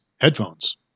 headphones